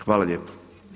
Hvala lijepa.